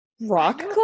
Rock